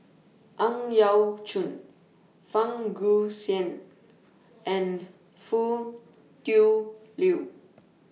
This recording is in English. Ang Yau Choon Fang Guixiang and Foo Tui Liew